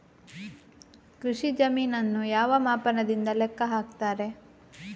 ಕೃಷಿ ಜಮೀನನ್ನು ಯಾವ ಮಾಪನದಿಂದ ಲೆಕ್ಕ ಹಾಕ್ತರೆ?